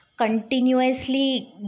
continuously